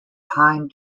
time